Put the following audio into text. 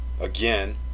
again